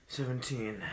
Seventeen